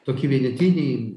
tokie vienetiniai